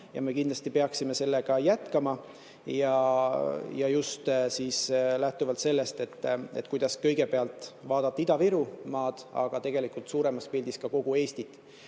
ja me kindlasti peaksime sellega jätkama, just lähtuvalt sellest, kuidas kõigepealt vaadata Ida-Virumaad, aga tegelikult suuremas pildis kogu Eestit.